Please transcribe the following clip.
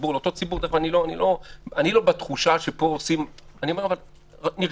אני לא בתחושה שפה עושים --- אבל אני אומר שנרגענו.